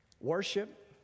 Worship